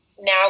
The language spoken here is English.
now